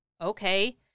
okay